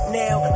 now